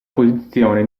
posizione